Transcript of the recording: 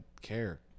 care